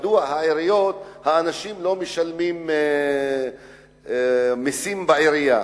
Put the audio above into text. מדוע האנשים לא משלמים מסים בעירייה,